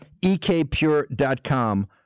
ekpure.com